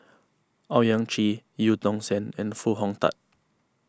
Owyang Chi Eu Tong Sen and Foo Hong Tatt